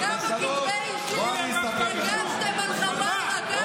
כמה כתבי אישום הגשתם על חווארה?